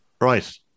Right